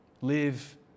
Live